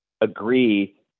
agree